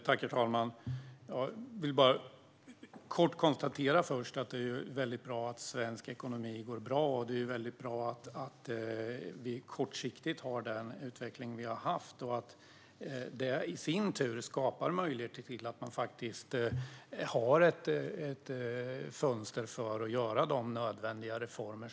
Herr talman! Jag vill först konstatera att det är bra att svensk ekonomi går bra. Det är bra att vi kortsiktigt har den utveckling vi har haft. Det skapar i sin tur möjligheter och ett fönster till att göra de nödvändiga reformerna.